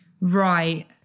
Right